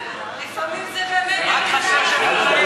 לפעמים זה באמת כיתה טיפולית.